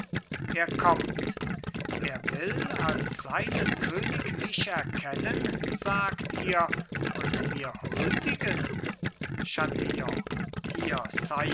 er kommt er will als seinen könig mich erkennen sagt ihr und mir huldigen chatillon hier